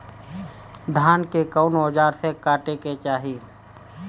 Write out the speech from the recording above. धान के कउन औजार से काटे के चाही?